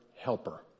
helper